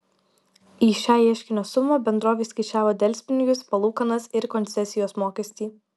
į šią ieškinio sumą bendrovė įskaičiavo delspinigius palūkanas ir koncesijos mokestį